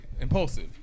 Impulsive